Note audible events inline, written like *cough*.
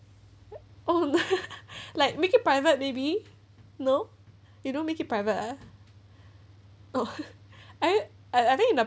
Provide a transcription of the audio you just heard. oh no *laughs* like make it private maybe no you don't make it private oh *laughs* I I I think in the